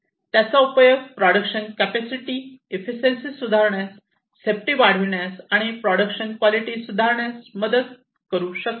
त्याचा उपयोग production capacity efficiency सुधारण्यास सेफ्टी वाढविण्यात आणि प्रोडक्शन क्वालिटी सुधारण्यास मदत करू शकते